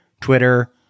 Twitter